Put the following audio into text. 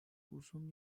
uzun